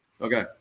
Okay